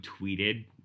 tweeted